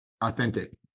Authentic